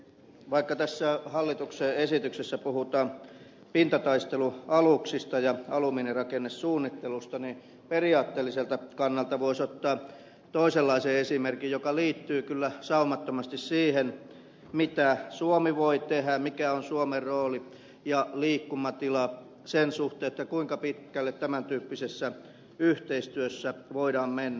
vaikka tässä hallituksen esityksessä puhutaan pintataistelualuksista ja alumiinirakennesuunnittelusta niin periaatteelliselta kannalta voisi ottaa toisenlaisen esimerkin joka liittyy kyllä saumattomasti siihen mitä suomi voi tehdä mikä on suomen rooli ja liikkumatila sen suhteen kuinka pitkälle tämän tyyppisessä yhteistyössä voidaan mennä